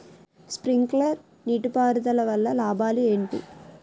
Sprinkler నీటిపారుదల వల్ల లాభాలు ఏంటి?